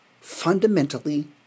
fundamentally